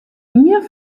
ien